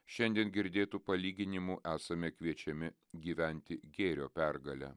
šiandien girdėtu palyginimu esame kviečiami gyventi gėrio pergale